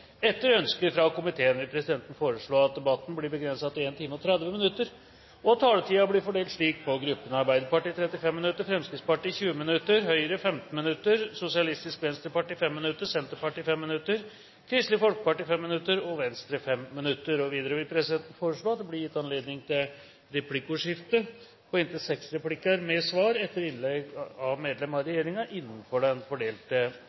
Etter ønske fra utenriks- og forsvarskomiteen vil presidenten foreslå at debatten blir begrenset til 1 time og 30 minutter, og at taletiden blir fordelt slik på gruppene: Arbeiderpartiet 35 minutter, Fremskrittspartiet 20 minutter, Høyre 15 minutter. Sosialistisk Venstreparti 5 minutter, Senterpartiet 5 minutter, Kristelig Folkeparti 5 minutter og Venstre 5 minutter. Videre vil presidenten foreslå at det blir gitt anledning til replikkordskifte på inntil seks replikker med svar etter innlegg av medlem av regjeringen innenfor den fordelte